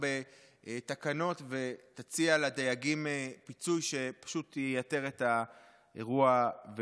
בתקנות ותציע לדייגים פיצוי שפשוט ייתר את האירוע,